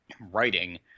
writing